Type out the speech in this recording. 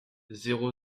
zéro